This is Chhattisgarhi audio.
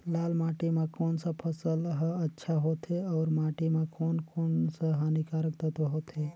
लाल माटी मां कोन सा फसल ह अच्छा होथे अउर माटी म कोन कोन स हानिकारक तत्व होथे?